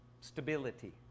stability